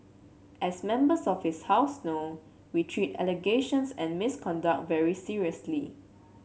as Members of this House know we treat allegations and misconduct very seriously